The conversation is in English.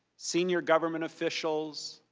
senior government officials,